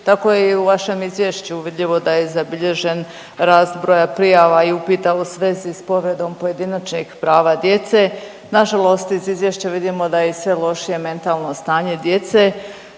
tako je i u vašem izvješću vidljivo da je zabilježen rast broja prijava i upita u svezi sa povredom pojedinačnih prava djece. Na žalost iz izvješća vidimo da je i sve lošije mentalno stanje djece.